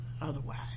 otherwise